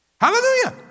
Hallelujah